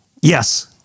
Yes